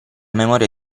memoria